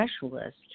specialist